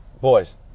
boys